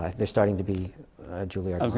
um there's starting to be a